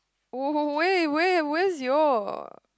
oh where where where is your